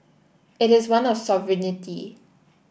it is one of sovereignty